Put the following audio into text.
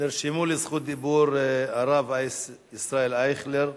נרשמו לזכות דיבור הרב ישראל אייכלר,